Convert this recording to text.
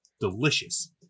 delicious